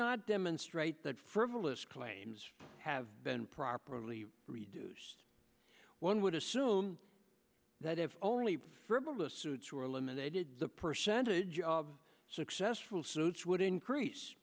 not demonstrate that frivolous claims have been properly reduced one would assume that if only frivolous suits were eliminated the percentage of successful suits would increase